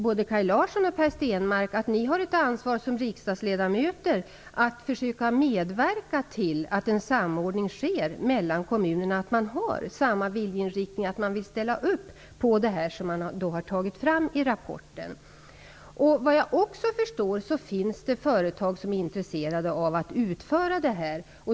Både Kaj Larsson och Per Stenmarck har alltså ett ansvar som riksdagsledamöter att försöka medverka till att en samordning sker mellan kommunerna, så att man har samma viljeinriktning och vill ställa upp på det som man pekar på i rapporten. Såvitt jag förstår finns det företag som är intresserade av att utföra detta.